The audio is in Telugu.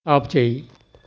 ఆపుచేయి